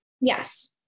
yes